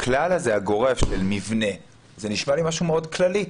הכלל הזה של מבנה זה נשמע לי משהו מאוד כללי.